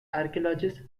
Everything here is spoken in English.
archaeologist